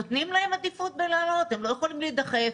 הם לא יכולים להידחף,